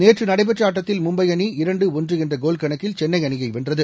நேற்று நடைபெற்ற ஆட்டத்தில் மும்பை அணி இரண்டு ஒன்று என்ற கோல் கணக்கில் சென்னை அணியை வென்றது